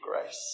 grace